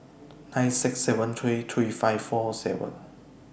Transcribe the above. nine six seven three three five four three